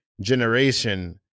generation